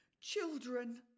children